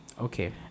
Okay